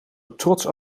trots